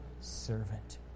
servant